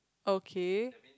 okay